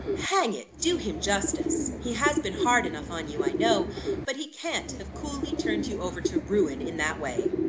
hang it! do him justice. he has been hard enough on you, i know but he can't have coolly turned you over to ruin in that way.